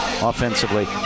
offensively